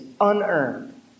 unearned